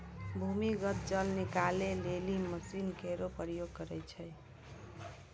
भूमीगत जल निकाले लेलि मसीन केरो प्रयोग करै छै